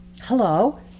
hello